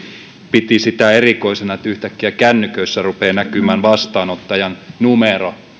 piti sitä erikoisena että yhtäkkiä kännyköissä rupeaa näkymään vastaanottajan numero